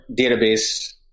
database